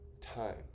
time